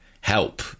help